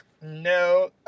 no